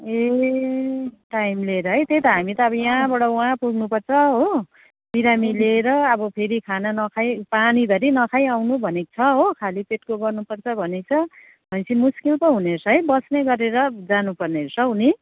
ए time लिएर है त्यही त हामी त अब यहाँबाट वहाँ पुग्नुपर्छ हो बिरामी लिएर अब फेरि खाना नखाई पानीधरि नखाई आउनु भनेको छ हो खाली पेटको गर्नुपर्छ भनेको छ भनेपछि मुस्किल पो हुनेरहेछ है बस्ने गरेर जानुपर्ने रहेछ हौ नि